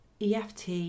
EFT